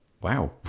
Wow